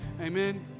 Amen